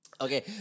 Okay